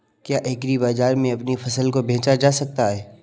क्या एग्रीबाजार में अपनी फसल को बेचा जा सकता है?